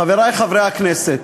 חברי חברי הכנסת,